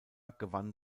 gewann